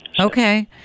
Okay